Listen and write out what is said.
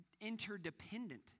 interdependent